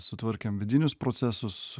sutvarkėm vidinius procesus